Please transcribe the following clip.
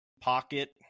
pocket